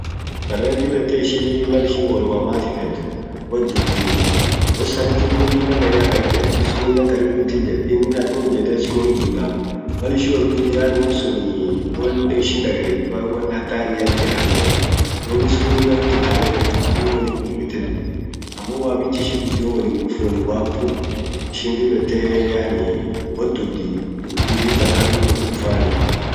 saren dib yette ishini mal ishin wolwamati fet wodutti. wo saretin kun lilla bayya ira ijet iskunen karibu it ijet inin armum ijete iskunit dutaa mal ishin wot dut yani won sunii won ishin dagarift kwa won hatariat jiraa bere sun dub iskunen it utale itdufaa dub wolin gugette dutii amo wamich ishin gudio uf wol wamtum ishin dib yette wodutti. dutit akan wot dufanii